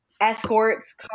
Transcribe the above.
escorts